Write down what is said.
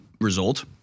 result